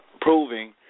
proving